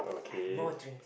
I have more drink